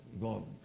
go